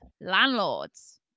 landlords